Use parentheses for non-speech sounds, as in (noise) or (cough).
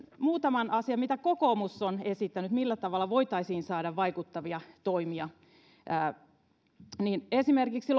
muutaman asian mitä kokoomus on esittänyt siitä millä tavalla voitaisiin saada vaikuttavia toimia esimerkiksi (unintelligible)